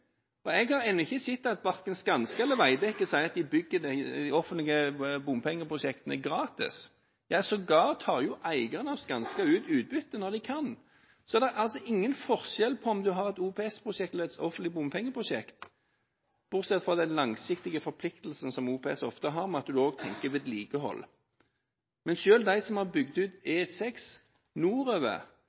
Jeg har ennå ikke hørt – verken fra Skanska eller fra Veidekke – at de bygger de offentlige bompengeprosjektene gratis. Eierne av Skanska tar sågar ut utbytte når de kan. Det er ingen forskjell på om en har et OPS-prosjekt eller et offentlig bompengeprosjekt, bortsett fra den langsiktige forpliktelsen som OPS ofte har, at en også dekker vedlikehold. Selv de som har bygd ut E6 nordover